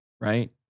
right